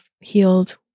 healed